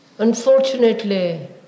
Unfortunately